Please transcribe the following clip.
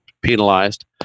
penalized